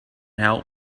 help